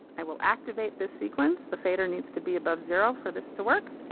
i will activate this sequence. the fader needs to be above zero for this to work.